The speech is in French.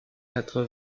quatre